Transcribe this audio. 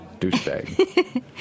douchebag